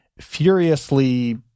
furiously